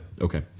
Okay